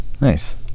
Nice